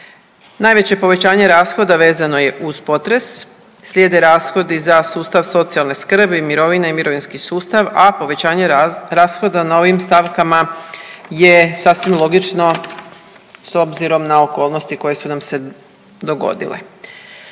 Najveće povećanje rashoda vezano je uz potres, slijede rashodi za sustav socijalne skrbi, mirovina i mirovinski sustav, a povećanje rashoda na ovim stavkama je sasvim logično s obzirom na okolnosti koje su nam se dogodile.